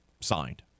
signed